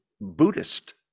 Buddhist